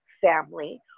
family